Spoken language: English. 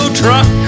truck